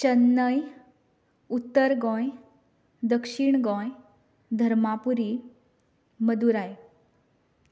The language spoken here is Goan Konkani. चेन्नई उत्तर गोंय दक्षीण गोंय धर्मापुरी मदुरई